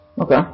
Okay